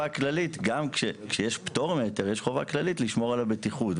גם כשיש פטור מהיתר עדיין יש חובה כללית לשמור על הבטיחות,